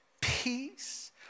peace